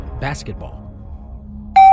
basketball